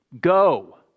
Go